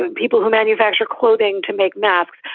and people who manufacture clothing to make maps.